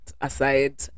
aside